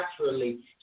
Naturally